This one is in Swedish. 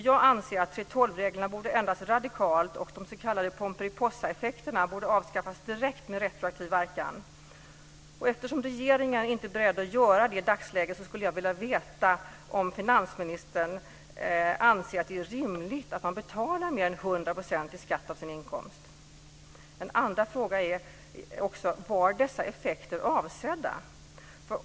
Jag anser att 3:12-reglerna borde ändras radikalt och de s.k. pomperipossaeffekterna avskaffas direkt med retroaktiv verkan. Eftersom regeringen inte är beredd att göra det i dagsläget skulle jag vilja veta om finansministern anser att det är rimligt att man betalar mer än 100 % i skatt av sin inkomst. En andra fråga är: Var dessa effekter avsedda?